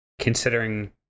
considering